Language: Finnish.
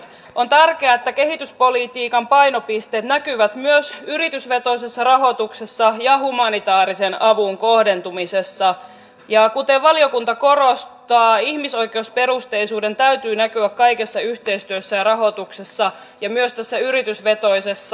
on tärkeää että kehityspolitiikan painopisteet näkyvät myös yritysvetoisessa rahoituksessa ja humanitaarisen avun kohdentumisessa ja kuten valiokunta korostaa ihmisoikeusperusteisuuden täytyy näkyä kaikessa yhteistyössä ja rahoituksessa ja myös tässä yritysvetoisessa